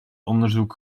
onderzoek